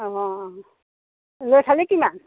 অ ল'ৰা ছোৱালী কিমান